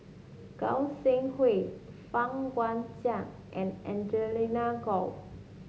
Goi Seng Hui Fang Guixiang and Angelina Choy